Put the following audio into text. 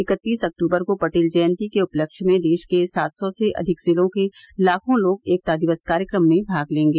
इकत्तीस अक्तूबर को पटेल जयंती के उपलक्ष्य में देश के सात सौ से अधिक जिलों के लाखों लोग एकता दिवस कार्यक्रमों में भाग लेंगे